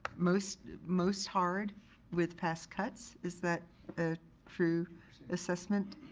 most most hard with past cuts. is that a true assessment?